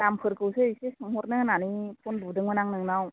दामफोरखौसो एसे सोंहरनो होननानै फन बुदोंमोन नोंनाव